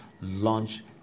launch